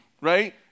Right